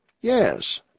Yes